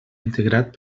integrat